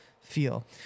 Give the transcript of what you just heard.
feel